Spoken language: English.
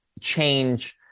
change